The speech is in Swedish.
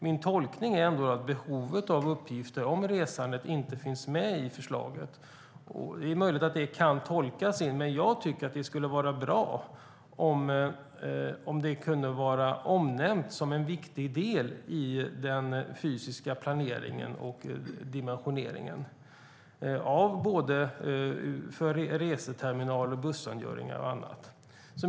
Min tolkning är att behovet av uppgifter om resandet inte finns med i förslaget. Det är möjligt att det kan tolkas in, men jag tycker att det skulle vara bra om det kunde omnämnas som en viktig del i den fysiska planeringen och dimensioneringen för såväl reseterminaler och bussangöringar som annat.